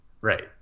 Right